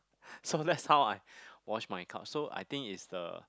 so that's how I wash my cup so I think it's the